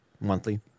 monthly